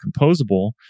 composable